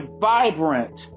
vibrant